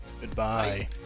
Goodbye